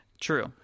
True